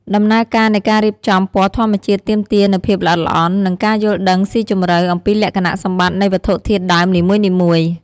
ដំណើរការនៃការរៀបចំពណ៌ធម្មជាតិទាមទារនូវភាពល្អិតល្អន់ និងការយល់ដឹងស៊ីជម្រៅអំពីលក្ខណៈសម្បត្តិនៃវត្ថុធាតុដើមនីមួយៗ។